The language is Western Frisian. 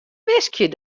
wiskje